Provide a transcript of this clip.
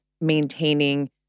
maintaining